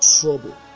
trouble